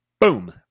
Boom